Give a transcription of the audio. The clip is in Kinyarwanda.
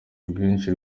rwinshi